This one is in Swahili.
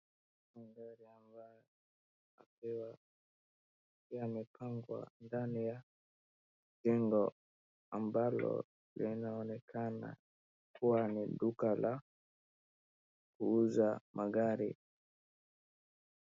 Magari ambayo yakiwa yamepangwa ndani ya jengo ambalo linaonekana kuwa ni duka la kuuza magari.